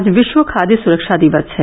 आज विश्व खाद्य सुरक्षा दिवस है